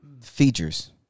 features